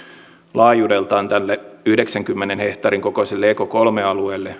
laajuudeltaan tälle yhdeksänkymmenen hehtaarin kokoiselle eco kolme alueelle